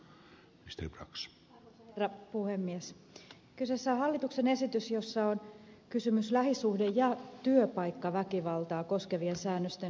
kyseessä on hallituksen esitys jossa on kysymys lähisuhde ja työpaikkaväkivaltaa koskevien säännösten uudistamisesta